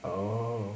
oh